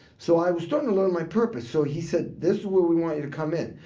so i was starting to learn my purpose. so he said, this is where we want you to come in.